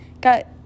got